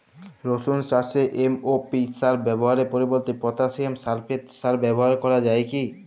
রসুন চাষে এম.ও.পি সার ব্যবহারের পরিবর্তে পটাসিয়াম সালফেট সার ব্যাবহার করা যায় কি?